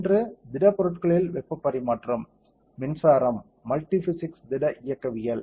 ஒன்று திடப்பொருட்களில் வெப்பப் பரிமாற்றம் மின்சாரம் மல்டி பிசிக்ஸ் திட இயக்கவியல்